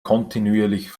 kontinuierlich